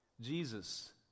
Jesus